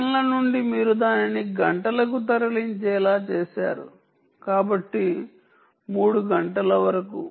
సెకన్ల నుండి మీరు దానిని గంటలకు తరలించేలా చేస్తారు కాబట్టి 3 గంటల వరకు